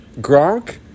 Gronk